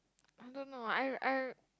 I don't know I I